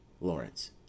Lawrence